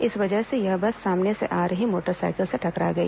इस वजह से यह बस सामने से आ रही मोटरसाइकिल से टकरा गई